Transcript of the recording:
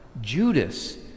Judas